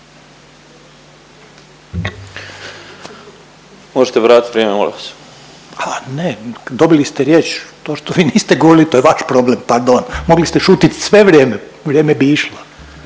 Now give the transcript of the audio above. …/Upadica Željko Reiner: A ne dobili ste riječ, to što vi niste govorili to je vaš problem, pardon. Mogli ste šutit cijelo vrijeme, vrijeme bi išlo./…